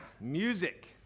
music